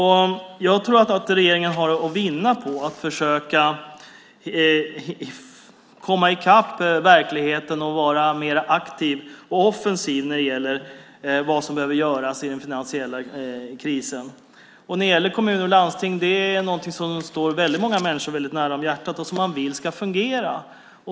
Jag tror att regeringen skulle vinna på att försöka komma i kapp verkligheten och vara mer aktiv och offensiv när det gäller det som behöver göras med anledning av den finansiella krisen. Verksamheten i kommuner och landsting ligger väldigt många människor varmt om hjärtat. Man vill att den ska fungera.